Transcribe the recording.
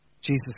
Jesus